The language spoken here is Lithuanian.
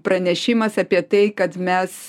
pranešimas apie tai kad mes